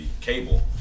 cable